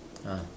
ah